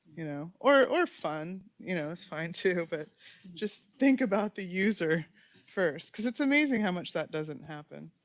you know, or or fun, you know, it's fine too. but just think about the user first because it's amazing how much that doesn't happen,